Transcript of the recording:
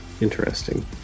Interesting